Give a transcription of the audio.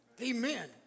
Amen